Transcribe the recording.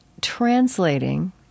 translating